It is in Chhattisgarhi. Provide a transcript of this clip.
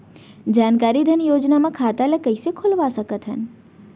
जानकारी धन योजना म खाता ल कइसे खोलवा सकथन?